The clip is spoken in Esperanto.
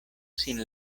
sin